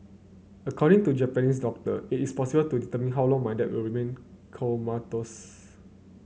according to Japanese doctor it is impossible to determine how long my dad will remain comatose